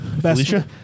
Felicia